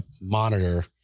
monitor